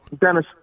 Dennis